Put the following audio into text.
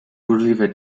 burzliwe